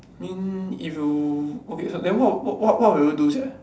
mean if you okay then what what what what will you do sia